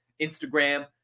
instagram